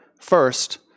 first